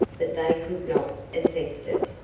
but they could not effect it.